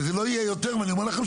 זאת אומרת,